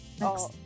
Next